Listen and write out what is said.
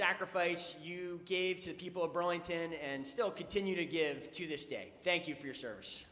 sacrifice you gave to the people of burlington and still continue to give to this day thank you for your serv